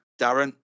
Darren